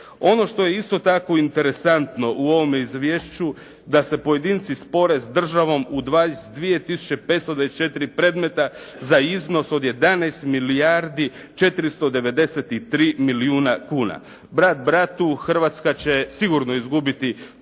Ono što je isto tako interesantno u ovome izvješću da se pojedinci spore sa državom u 22 tisuće 524 predmeta za iznos od 11 milijardi 493 milijuna kuna. Brat bratu, Hrvatska će sigurno izgubiti barem